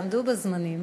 תעמדו בזמנים,